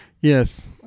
Yes